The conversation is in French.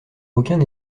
aucun